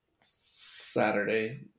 Saturday